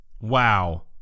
Wow